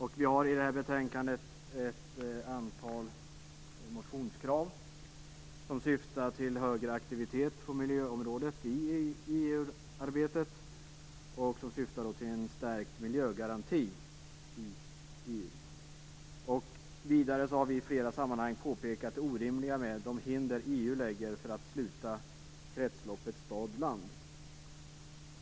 I detta betänkande har vi ett antal motionskrav som syftar till större aktivitet på miljöområdet i EU arbetet och som syftar till en stärkt miljögaranti i EU. Vi har i flera sammanhang påpekat det orimliga i de hinder som EU sätter upp för att sluta kretsloppet mellan stad och land.